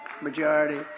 majority